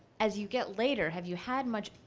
as you get later have you had much,